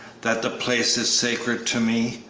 that the place is sacred to me?